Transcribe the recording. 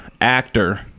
actor